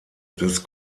des